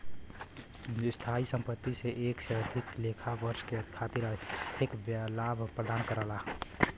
स्थायी संपत्ति से एक से अधिक लेखा वर्ष के खातिर आर्थिक लाभ प्रदान करला